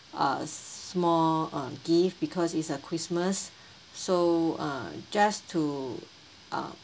uh small uh gift because it's a Christmas so uh just to uh